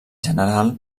general